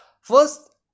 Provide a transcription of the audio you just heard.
First